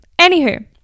Anywho